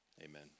Amen